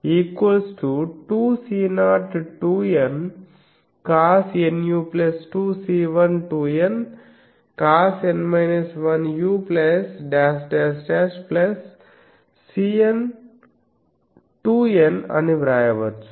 CN2N అని వ్రాయవచ్చు